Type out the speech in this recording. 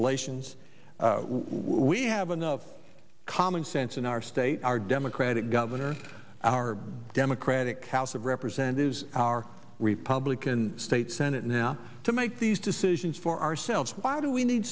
relations we have enough common sense in our state our democratic governor our democratic house of representatives our republican state senate now to make these decisions for ourselves why do we need